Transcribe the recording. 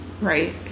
Right